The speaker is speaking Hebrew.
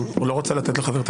קבלנו רק אתמול בלילה בפעם הראשונה